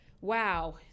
wow